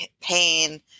pain